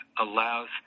allows